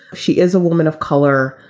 she is a woman of color.